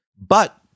But-